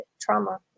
trauma